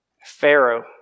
Pharaoh